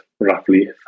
roughly